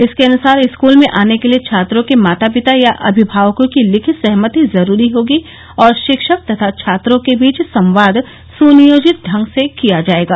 इसके अनुसार स्कूल में आने के लिए छात्रों के माता पिता या अभिभावकों की लिखित सहमति जरूरी होगी और शिक्षक तथा छात्रों के बीच संवाद स्नियोजित ढंग से किया जायेगा